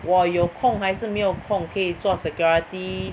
我有空还是没有空可以做 security